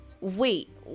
Wait